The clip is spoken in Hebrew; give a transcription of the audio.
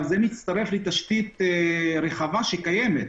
זה מצטרף לתשתית רחבה שקיימת,